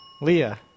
Leah